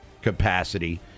capacity